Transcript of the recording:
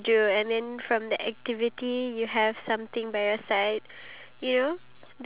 wait okay we are going to definitely manage to talk for two hours straight